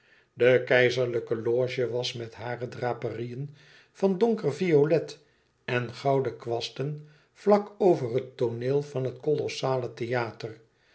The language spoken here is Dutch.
de keizerlijke loge was met hare draperieën van donker violet en gouden kwasten vlak over het tooneel van het kolossale theater